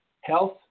health